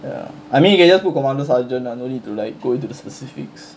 ya I mean you can just put commander sergeant lah no need to like go into the specifics